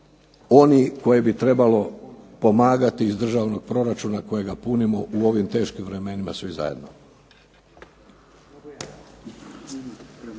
oni koje bi trebalo pomagati iz državnog proračuna kojega punimo u ovim teškim vremenima svi zajedno.